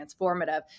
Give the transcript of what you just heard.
transformative